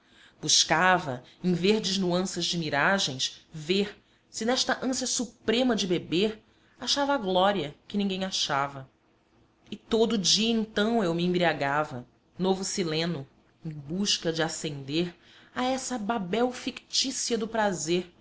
buscava em verdes nuanças de miragens ver se nesta ânsia suprema de beber achava a glória que ninguém achava e todo o dia então eu me embriagava novo sileno em busca de ascender a essa babel fictícia do prazer